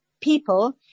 people